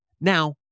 Now